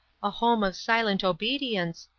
a home of silent obedience,